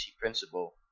Principle